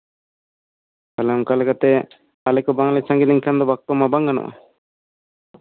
ᱚᱱᱠᱟ ᱞᱮᱠᱟᱛᱮ ᱟᱞᱮ ᱫᱚ ᱵᱟᱝᱞᱮ ᱥᱟᱝᱜᱮ ᱞᱮᱱᱠᱷᱟᱱ ᱫᱚ ᱵᱟᱠᱛᱚ ᱢᱟ ᱵᱟᱝ ᱜᱟᱱᱚᱜᱼᱟ